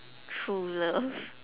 true love